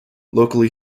locally